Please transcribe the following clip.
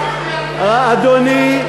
אדוני,